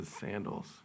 sandals